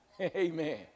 amen